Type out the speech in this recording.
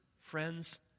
friends